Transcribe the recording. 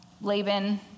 Laban